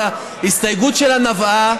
אתה צריך להגיד הכול עכשיו?